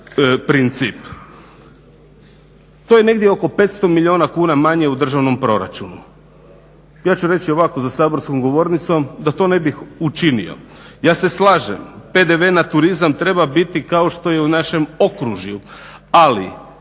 To je negdje oko 500 milijuna manje u državnom proračunu. Ja ću reći ovako za saborskom govornicom da to ne bih učinio, ja se slažem PDV na turizam treba biti kao što je u našem okružju, ali